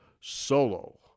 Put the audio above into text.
Solo